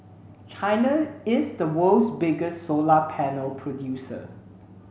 China is the world's biggest solar panel producer